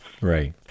Right